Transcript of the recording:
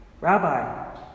Rabbi